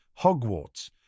Hogwarts